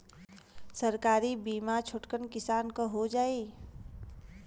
सरकारी बीमा छोटकन किसान क हो जाई?